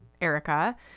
Erica